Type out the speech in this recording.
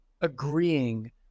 agreeing